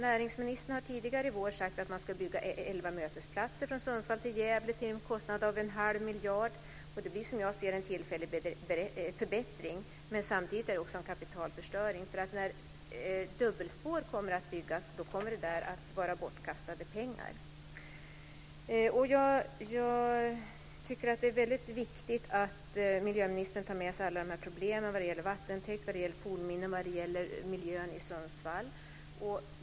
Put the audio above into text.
Näringsministern har tidigare i vår sagt att man ska bygga elva mötesplatser från Sundsvall till Gävle till en kostnad av en halv miljard. Det blir, som jag ser det, en tillfällig förbättring, men samtidigt är det en kapitalförstöring. När dubbelspår kommer att byggas kommer detta att vara bortkastade pengar. Jag tycker att det är väldigt viktigt att miljöministern tar med sig alla de här problemen vad gäller vattentäkten, fornminnen och miljön i Sundsvall.